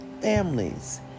families